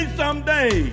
someday